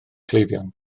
cleifion